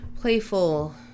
playful